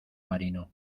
marino